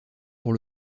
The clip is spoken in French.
pour